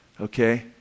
okay